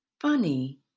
Funny